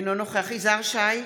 אינו נוכח יזהר שי,